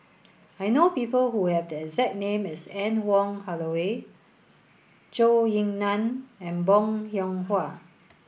I know people who have the exact name as Anne Wong Holloway Zhou Ying Nan and Bong Hiong Hwa